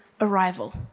arrival